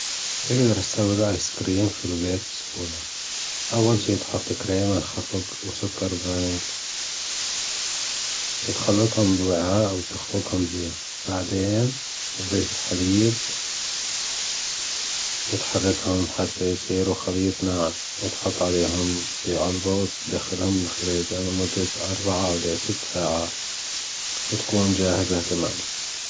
تجدر تسوي الايس الكريم في البيت بسهولة أول شي تحط الكريم الخفج وسكر وفانلا وتخلطهم بوعاء وتخلطهم زين وبعدين تضيف الحليب وتخلطهم لحتى يصيروا خليط ناعم وتحط عليهم في علبه وتدخلهم الفريزر لمدة أربع لست ساعات وتكون جاهزة تماما.